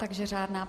Takže řádná.